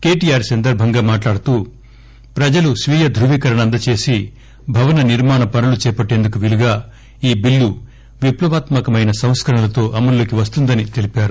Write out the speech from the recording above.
కెటిఆర్ ఈ సందర్బంగా మాట్లాడుతూ ప్రజలు స్వీయ ధృవీకరణ అందజేసి భవన నిర్మాణ పనులు చేపట్లేందుకు వీలుగా ఈ బిల్లు విప్లవాత్మ కమైన సంస్కరణలతో అమలులోకి వస్తుందని తెలిపారు